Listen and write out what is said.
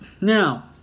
Now